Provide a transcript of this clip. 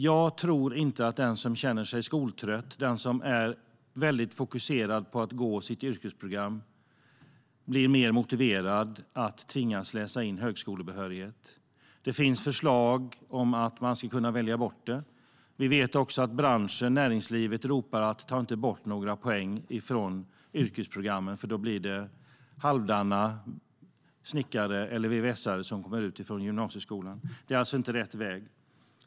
Jag tror inte att den som känner sig skoltrött eller är fokuserad på sitt yrkesprogram blir mer motiverad av att tvingas läsa in högskolebehörighet. Det finns förslag om att man ska kunna välja bort det. Vi vet också att näringslivet ropar om att man inte ska ta bort några poäng från yrkesprogrammen, för då blir det halvdana snickare eller vvs:are som kommer ut från gymnasieskolan. Det är alltså inte rätt väg.